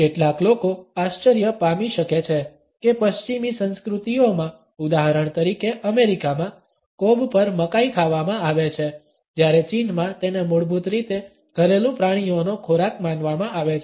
કેટલાક લોકો આશ્ચર્ય પામી શકે છે કે પશ્ચિમી સંસ્કૃતિઓમાં ઉદાહરણ તરીકે અમેરિકામાં કોબ પર મકાઇ ખાવામાં આવે છે જ્યારે ચીનમાં તેને મૂળભૂત રીતે ઘરેલું પ્રાણીઓનો ખોરાક માનવામાં આવે છે